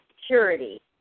security